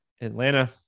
atlanta